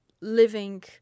living